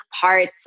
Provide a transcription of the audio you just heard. parts